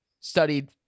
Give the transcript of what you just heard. studied